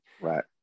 right